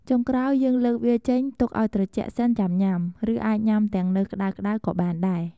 ចុងក្រោយយើងលើកវាចេញទុកឱ្យត្រជាក់សិនចាំញ៉ាំ ឬអាចញ៉ាំទាំងនៅក្ដៅៗក៏បានដែរ។